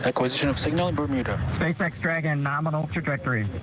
ah question of signal, and bermuda think backtrack and nominal trajectory.